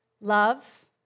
Love